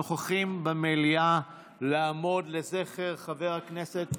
שנוכחים במליאה לעמוד לזכר חבר הכנסת